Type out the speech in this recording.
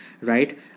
right